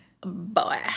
boy